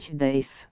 days